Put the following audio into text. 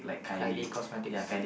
Kylie cosmetics